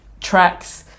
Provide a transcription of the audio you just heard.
tracks